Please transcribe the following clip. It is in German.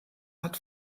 hat